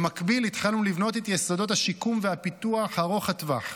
במקביל התחלנו לבנות את יסודות השיקום והפיתוח ארוך הטווח,